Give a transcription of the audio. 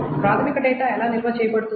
ప్రాథమిక డేటా ఎలా నిల్వ చేయబడుతుంది